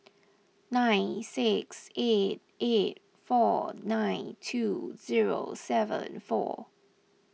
nine six eight eight four nine two zero seven four